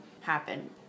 happen